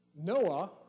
Noah